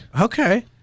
Okay